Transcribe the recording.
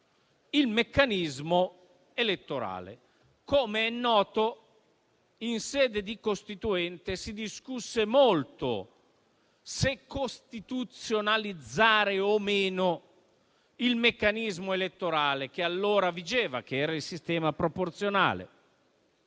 il meccanismo elettorale. Come è noto, in sede di Assemblea costituente si discusse molto se costituzionalizzare o no il meccanismo elettorale che allora vigeva, che era il sistema proporzionale,